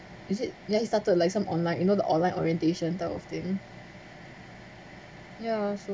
is it ya he started like some online you know the online orientation type of thing ya so